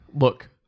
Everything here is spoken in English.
Look